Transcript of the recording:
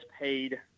paid